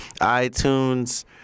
iTunes